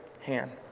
hand